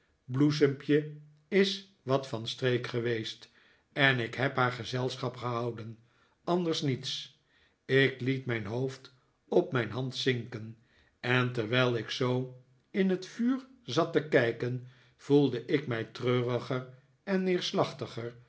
bloesempje is wat van streek geweest en ik heb haar gezelschap gehouden anders niets ik het mijn hoofd op mijn hand zinken en terwijl ik zoo in het vuur zat te kijken voelde ik mij treuriger en neerslachtiger